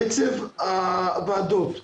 קצב הוועדות,